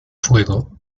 fuego